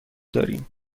داریم